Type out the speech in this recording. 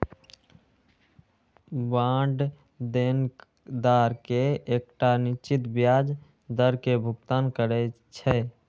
bond देनदार कें एकटा निश्चित ब्याज दर के भुगतान करै छै